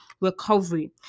recovery